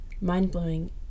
mind-blowing